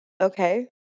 Okay